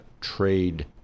trade